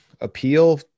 appeal